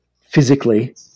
physically